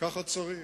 ככה צריך.